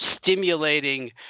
stimulating